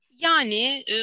Yani